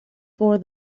for